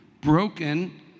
broken